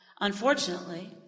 Unfortunately